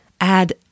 add